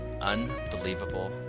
unbelievable